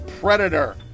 Predator